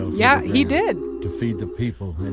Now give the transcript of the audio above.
yeah, he did. to feed the people who.